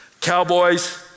Cowboys